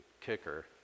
kicker